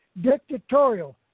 dictatorial